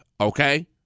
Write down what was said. okay